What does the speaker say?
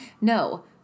No